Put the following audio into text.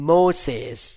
Moses